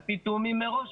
על פי תיאומים מראש,